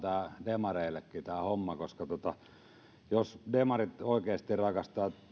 demareillekin jos demarit oikeasti rakastavat